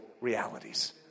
realities